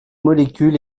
molécule